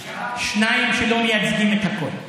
שניים שלא מייצגים את הכול.